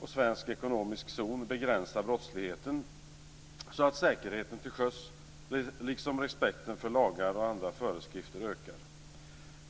och svensk ekonomisk zon begränsa brottsligheten, så att säkerheten till sjöss liksom respekten för lagar och andra föreskrifter ökar.